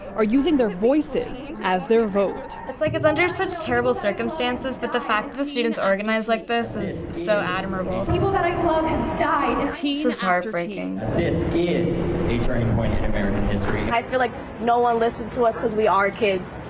are using their voices as their vote. it's like it's under such terrible circumstances, but the fact the students organized like this is so admirable. people that i loved died. and this is heartbreaking. this is a turning point in american history. i feel like no one listens to us because we are kids.